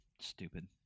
Stupid